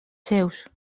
seus